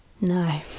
No